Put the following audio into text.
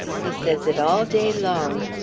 he says it all day long.